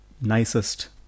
nicest